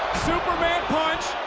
superman punch,